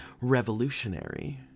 revolutionary